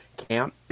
camp